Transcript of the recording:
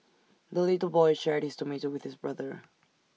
the little boy shared his tomato with his brother